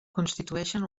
constitueixen